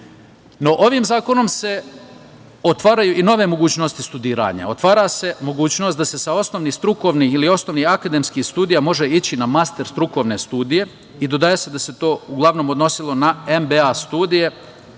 Srbiji. Ovim zakonom se otvaraju i nove mogućnosti za studiranje. Otvara se mogućnost da se sa osnovnih strukovnih ili osnovnih akademskih studija može ići na master strukovne studije i dodaje se da se to uglavnom odnosilo na MBA studije